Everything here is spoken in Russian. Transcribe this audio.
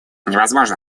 невозможно